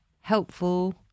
helpful